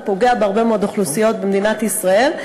זה פוגע בהרבה מאוד אוכלוסיות במדינת ישראל.